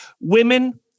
Women